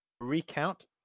recount